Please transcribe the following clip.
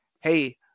hey